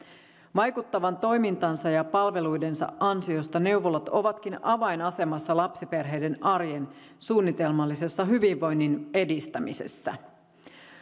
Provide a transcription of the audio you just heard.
vaikuttavan toimintansa ja palveluidensa ansiosta neuvolat ovatkin avainasemassa lapsiperheiden arjen suunnitelmallisessa hyvinvoinnin edistämisessä